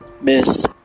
Miss